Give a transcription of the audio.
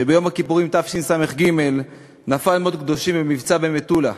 שביום הכיפורים תשס"ג נפל מות קדושים במבצע במטולה.